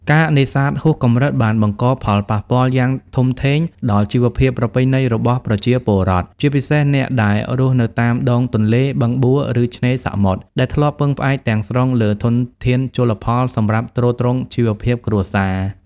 ការនេសាទហួសកម្រិតបានបង្កផលប៉ះពាល់យ៉ាងធំធេងដល់ជីវភាពប្រពៃណីរបស់ប្រជាពលរដ្ឋ ជាពិសេសអ្នកដែលរស់នៅតាមដងទន្លេ បឹងបួ ឬឆ្នេរសមុទ្រ ដែលធ្លាប់ពឹងផ្អែកទាំងស្រុងលើធនធានជលផលសម្រាប់ទ្រទ្រង់ជីវភាពគ្រួសារ។